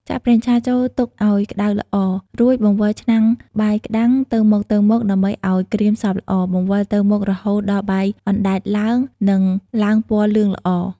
ចាក់ប្រេងឆាចូលទុកអោយក្ដៅល្អ រួចបង្វិលឆ្នាំងបាយក្ដាំងទៅមកៗដើម្បីអោយក្រៀមសព្វល្អ បង្វិលទៅមករហូតដល់បាយអណ្ដែតឡើងនិងឡើងពណ៌លឿងល្អ។